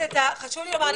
חשוב לי לומר,